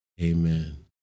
Amen